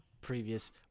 previous